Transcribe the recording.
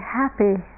happy